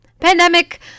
Pandemic